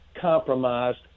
compromised